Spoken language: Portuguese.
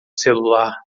celular